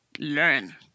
learn